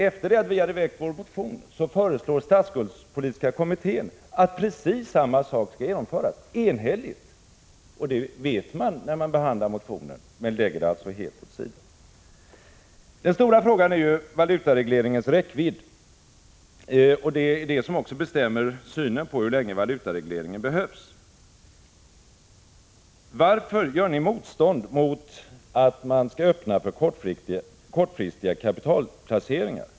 Efter det att vi har väckt vår motion föreslår statsskuldspolitiska kommittén enhälligt att precis detta skall genomföras. Och man vet det när man behandlar motionen, men man lägger det helt åt sidan. Den stora frågan är valutaregleringens räckvidd. Det är detta som också bestämmer synen på hur länge valutareglering behövs. Varför gör ni motstånd mot att man skall öppna för kortfristiga kapitalplaceringar?